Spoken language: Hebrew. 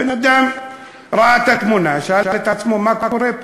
הבן-אדם ראה את התמונה, שאל את עצמו: מה קורה פה?